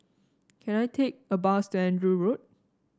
can I take a bus to Andrew Road